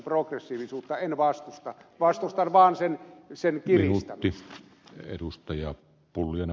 en vastusta vastustan vaan sen kiristämistä